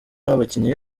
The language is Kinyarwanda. w’abakinnyi